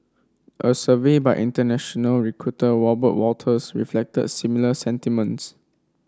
a survey by international recruiter Robert Walters reflected similar sentiments